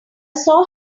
saw